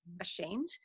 ashamed